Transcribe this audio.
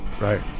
Right